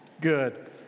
Good